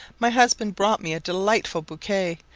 my husband brought me a delightful bouquet,